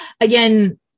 again